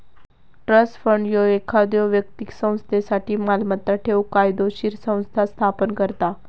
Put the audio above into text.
trust fund ह्यो एखाद्यो व्यक्तीक संस्थेसाठी मालमत्ता ठेवूक कायदोशीर संस्था स्थापन करता